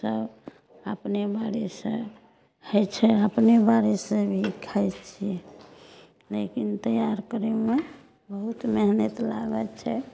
सब अपने बाड़ी से होइ छै अपने बाड़ी से भी खाय छियै लेकिन तैआर करयमे बहुत मेहनत लागै छै